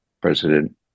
President